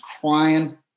crying